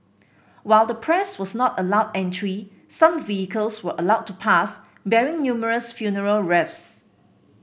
while the press was not allowed entry some vehicles were allowed to pass bearing numerous funeral wreaths